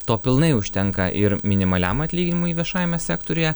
to pilnai užtenka ir minimaliam atlyginimui viešajame sektoriuje